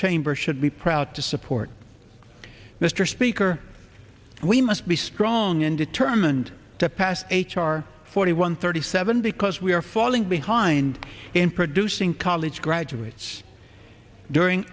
chamber should be proud to support mr speaker and we must be strong and determined to pass h r forty one thirty seven because we are falling behind in producing college graduates during